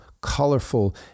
colorful